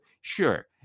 sure